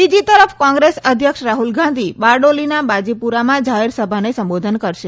બીજી તરફ કોંગ્રેસ અધ્યક્ષ રાહુલ ગાંધી બારડોલીના બાજીપુરમાં જાહેરસભાને સંબોધન કરશે